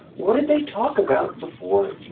what did they talk about before